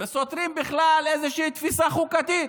וסותרים בכלל איזושהי תפיסה חוקתית,